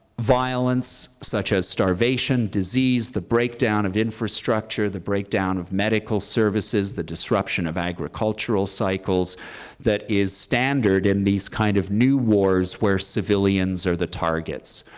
violence such as starvation, disease, the breakdown of infrastructure, the breakdown of medical services, the disruption of agricultural cycles that is standard in these kind of new wars where civilians are the targets.